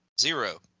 Zero